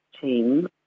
team